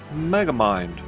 Megamind